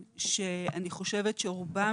אבל אני באמת בוחר בקארין.